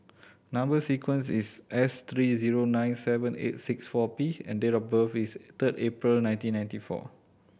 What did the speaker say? number sequence is S three zero nine seven eight six four P and date of birth is third April nineteen ninety four